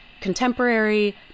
contemporary